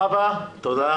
חוה תודה.